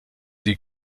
die